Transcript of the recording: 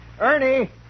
Ernie